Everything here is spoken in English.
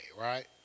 right